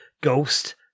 ghost